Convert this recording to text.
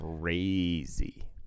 crazy